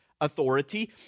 authority